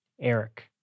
Eric